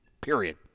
period